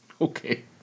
Okay